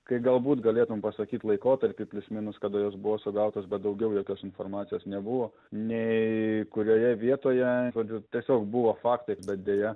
kai galbūt galėtum pasakyt laikotarpį plius minus kada jos buvo sugautos bet daugiau jokios informacijos nebuvo nei kurioje vietoje žodžiu tiesiog buvo faktai bet deja